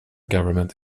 government